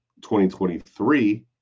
2023